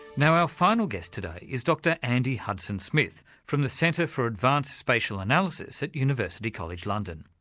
now our final guest today is dr andy hudson-smith from the centre for advanced spatial analysis at university college, london.